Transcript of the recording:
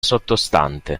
sottostante